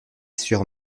sur